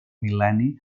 mil·lenni